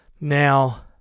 Now